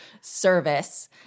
service